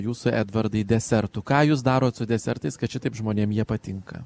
jūsų edvardai desertų ką jūs darot su desertais kad šitaip žmonėm jie patinka